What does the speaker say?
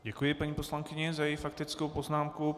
Děkuji paní poslankyni za její faktickou poznámku.